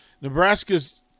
Nebraska's